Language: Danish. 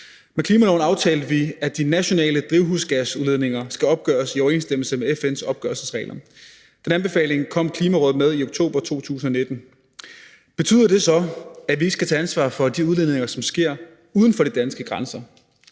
Med klimaloven aftalte vi, at de nationale drivhusgasudledninger skal opgøres i overensstemmelse med FN's opgørelsesregler. Den anbefaling kom Klimarådet med i oktober 2019. Betyder det så, at vi ikke skal tage ansvar for de udledninger, som sker uden for de danske grænser?